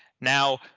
Now